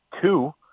two